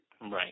Right